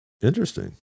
Interesting